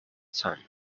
sun